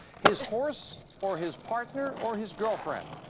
his horse or his partner or his girlfriend.